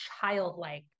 childlike